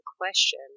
question